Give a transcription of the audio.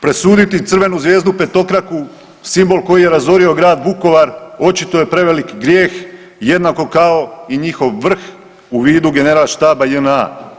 Presuditi crvenu zvijezdu petokraku simbol koji je razorio grad Vukovar očito je prevelik grijeh jednako kao i njihov vrh u vidu generalštaba JNA.